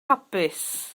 hapus